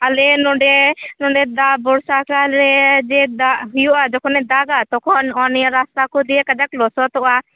ᱟᱞᱮ ᱱᱚᱸᱰᱮ ᱱᱚᱸᱰᱮ ᱫᱟ ᱵᱚᱨᱥᱟ ᱠᱟᱞᱨᱮ ᱡᱮ ᱫᱟᱜ ᱦᱩᱭᱩᱜᱼᱟ ᱡᱚᱠᱷᱚᱱᱮ ᱫᱟᱜᱟ ᱛᱚᱠᱷᱚᱱ ᱱᱚᱜᱚ ᱱᱤᱭᱟᱹ ᱨᱟᱥᱛᱟ ᱠᱚ ᱫᱤᱭᱮ ᱠᱟᱡᱟᱠ ᱞᱚᱥᱚᱫᱚᱜᱼᱟ